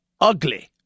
ugly